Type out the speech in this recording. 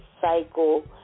cycle